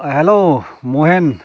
অঁ হেল্ল' মহেন